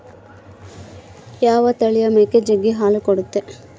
ಯಾವ ತಳಿಯ ಮೇಕೆ ಜಗ್ಗಿ ಹಾಲು ಕೊಡ್ತಾವ?